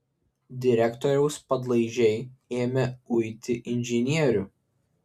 direktoriaus padlaižiai ėmė uiti inžinierių